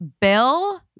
Bill